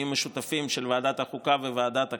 משותפים של ועדת החוקה וועדת הכנסת,